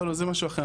לא, זה משהו אחר.